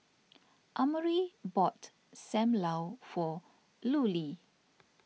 Amare bought Sam Lau for Lulie